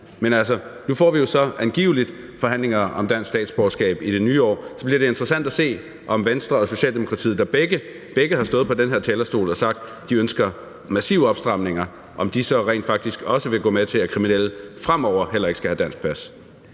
Men nu får vi jo så angiveligt forhandlinger om dansk statsborgerskab i det nye år, og så bliver det interessant at se, om Venstre og Socialdemokratiet, der begge har stået på den her talerstol og sagt, at de ønsker massive opstramninger, så rent faktisk også vil gå med til, at kriminelle fremover heller ikke skal have dansk pas.